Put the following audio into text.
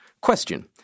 Question